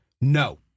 No